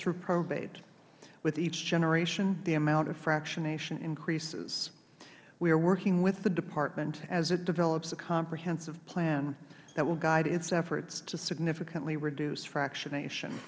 through probate with each generation the amount of fractionation increases we are working with the department as it develops a comprehensive plan that will guide its efforts to significantly reduce fractionation